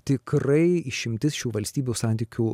tikrai išimtis šių valstybių santykių